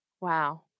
Wow